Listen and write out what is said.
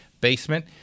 basement